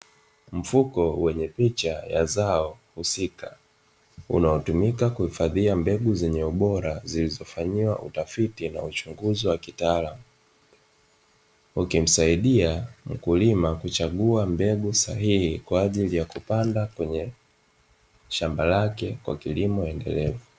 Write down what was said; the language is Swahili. Mfuko wenye picha ya zao husika unaotumika kuhifadhia mbegu zenye ubora zilizofanyiwa utafiti na uchungizi wa kiataalamu, ukimsaidia mkulima kuchagua mbegu sahihi kwa ajili ya kupanda kwenye shamba lake kwa kilimo endelevu.